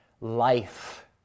life